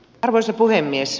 arvoisa puhemies